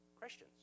Christians